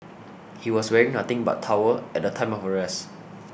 he was wearing nothing but towel at the time of arrest